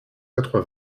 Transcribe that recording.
quatre